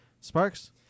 Sparks